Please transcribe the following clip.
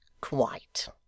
Quite